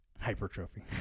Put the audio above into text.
hypertrophy